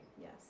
Yes